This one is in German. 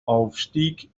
aufstieg